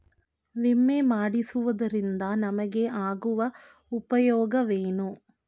ವಿಮೆ ಮಾಡಿಸುವುದರಿಂದ ನಮಗೆ ಆಗುವ ಉಪಯೋಗವೇನು?